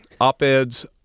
op-eds